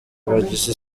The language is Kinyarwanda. bagize